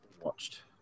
watched